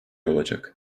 olacak